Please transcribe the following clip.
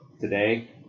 today